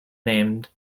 named